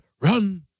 Run